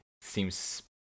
seems